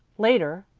later,